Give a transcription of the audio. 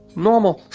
normal,